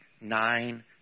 nine